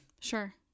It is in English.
Sure